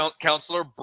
Councillor